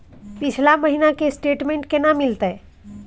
पिछला महीना के स्टेटमेंट केना मिलते?